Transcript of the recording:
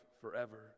forever